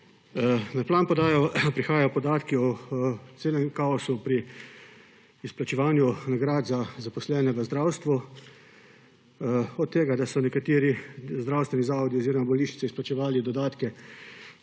Na plan prihajajo podatki o celem kaosu pri izplačevanju nagrad za zaposlene v zdravstvu; od tega, da so nekateri zdravstveni zavodi oziroma bolnišnice izplačevali dodatke